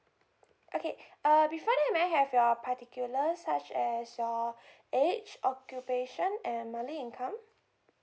okay uh before that may I have your particulars such as uh age occupation and monthly income